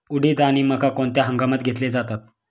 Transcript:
उडीद आणि मका कोणत्या हंगामात घेतले जातात?